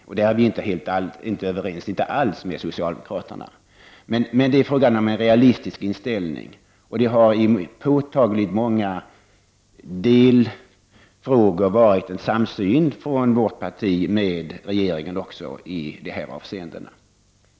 Där är vi inte alls överens med socialdemokraterna, men det är fråga om en realistisk inställning, och det har i påtagligt många delfrågor varit en samsyn mellan vårt parti och regeringen också i de här avseendena.